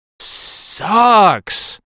sucks